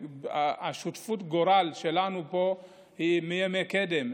שותפות הגורל שלנו פה היא מימי קדם,